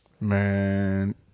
Man